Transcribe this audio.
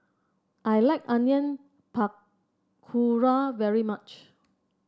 I like Onion Pakora very much